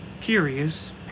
curious